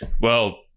well-